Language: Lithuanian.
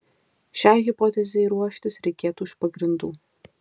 šiai hipotezei ruoštis reikėtų iš pagrindų